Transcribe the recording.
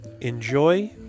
Enjoy